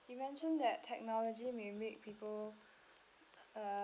you mentioned that technology may make people uh